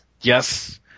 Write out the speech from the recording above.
Yes